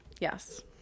Yes